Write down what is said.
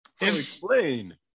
Explain